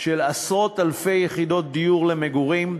של עשרות אלפי יחידות דיור למגורים,